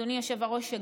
אדוני היושב-ראש,